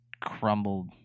crumbled